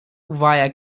via